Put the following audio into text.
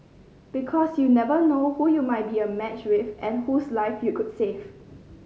because you never know who you might be a match with and whose life you could save